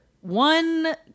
one